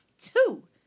two